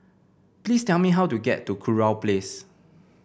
please tell me how to get to Kurau Place